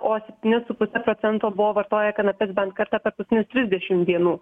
o septyni su puse procento buvo vartoję kanapes bent kartą per paskutines trisdešim dienų